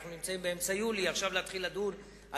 אנחנו נמצאים באמצע יולי ועכשיו להתחיל לדון על